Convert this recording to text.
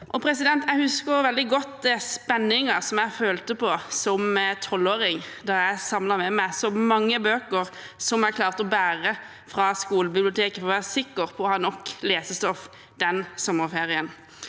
framtid. Jeg husker veldig godt spenningen jeg følte på som tolvåring da jeg samlet med meg så mange bøker jeg klarte å bære fra skolebiblioteket, for å være sikker på å ha nok lesestoff den sommerferien.